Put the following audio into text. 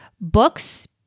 books